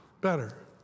better